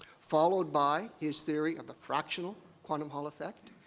followed by his theory of the fractional quantum hall effect,